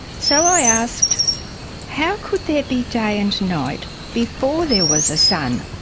so i asked how could there be day and night before there was a sun,